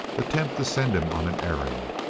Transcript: attempt to send him on an errand.